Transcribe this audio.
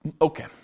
Okay